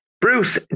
Bruce